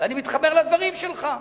ואני מתחבר לדברים שלך.